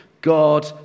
God